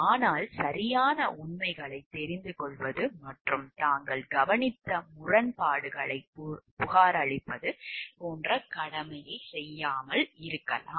ஆனால் சரியான உண்மைகளைத் தெரிந்துகொள்வது மற்றும் தாங்கள் கவனித்த முரண்பாடுகளைப் புகாரளிப்பது போன்ற கடமையைச் செய்யாமல் இருக்கலாம்